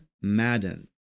Madden